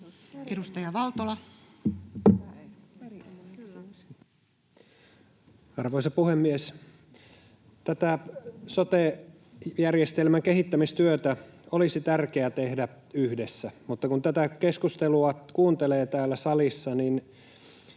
Edustaja Valtola. Arvoisa puhemies! Tätä sote-järjestelmän kehittämistyötä olisi tärkeää tehdä yhdessä, mutta kun tätä keskustelua kuuntelee täällä salissa, niin